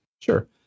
Sure